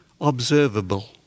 observable